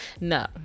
no